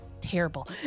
terrible